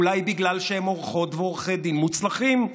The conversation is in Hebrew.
אולי בגלל שהם עורכות ועורכי דין מוצלחים,